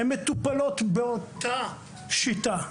הן מטופלות באותה שיטה,